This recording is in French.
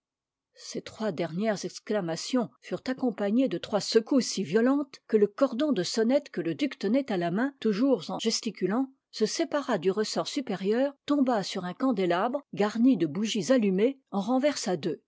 ces trois dernières exclamations furent accompagnées de trois secousses si violentes que le cordon de sonnette que le duc tenait à la main toujours en gesticulant se sépara du ressort supérieur tomba sur un candélabre garni de bougies allumées en renversa deux